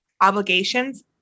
obligations